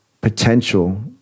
potential